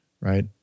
right